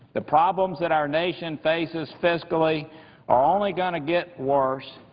the problems that our nation faces fiscally are only going to get worse,